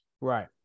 Right